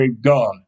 God